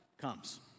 comes